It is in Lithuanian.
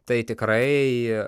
tai tikrai